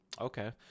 Okay